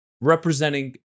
representing